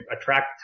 attract